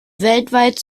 weltweit